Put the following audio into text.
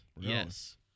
Yes